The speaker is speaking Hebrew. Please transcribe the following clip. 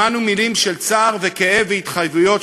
שמענו מילים של צער וכאב והתחייבויות